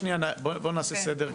בואי נעשה סדר,